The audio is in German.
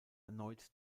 erneut